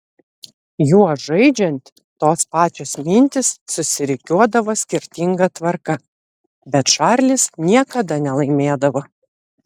juo žaidžiant tos pačios mintys susirikiuodavo skirtinga tvarka bet čarlis niekada nelaimėdavo